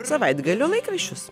savaitgalio laikraščius